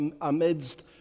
amidst